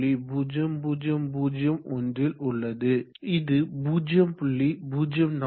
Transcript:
0001 ல் உள்ளது இது என 0